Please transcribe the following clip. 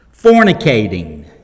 fornicating